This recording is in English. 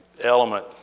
element